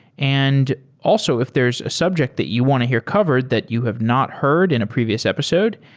and also, if there's a subject that you want to hear covered that you have not heard in a previous episode,